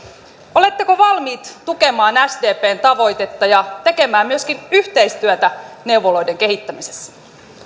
oletteko valmiit tukemaan sdpn tavoitetta ja tekemään myöskin yhteistyötä neuvoloiden kehittämisessä